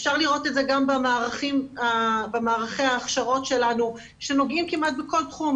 אפשר לראות את זה גם במערכי ההכשרות שלנו שנוגעים כמעט בכל תחום,